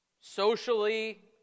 socially